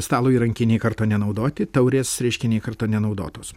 stalo įrankiai nei karto nenaudoti taurės reiškia nei karto nenaudotos